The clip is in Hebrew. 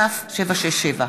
כ/767.